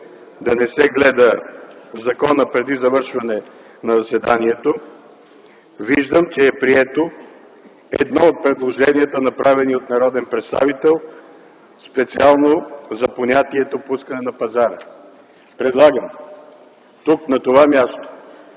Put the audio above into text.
да не се гледа законът преди завършване на заседанието, виждам, че е прието едно от предложенията, направено от народен представител специално за понятието „пускане на пазара”. Предлагам тук, на това място,